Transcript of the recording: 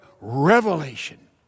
revelation